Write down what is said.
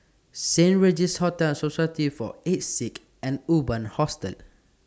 Saint Regis Hotel Society For Aged Sick and Urban Hostel